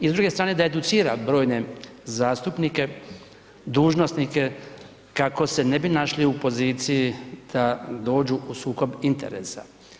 I s druge strane da educira brojne zastupnike, dužnosnike kako se ne bi našli u poziciji da dođu u sukob interesa.